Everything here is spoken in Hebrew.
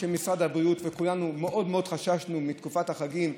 משרד הבריאות וכולנו מאוד מאוד חששנו מתקופת החגים,